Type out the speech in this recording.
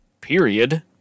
period